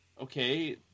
okay